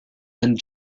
and